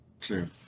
True